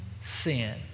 sin